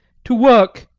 to work!